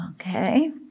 okay